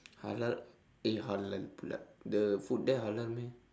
halal eh halal pula the food there halal meh